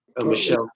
Michelle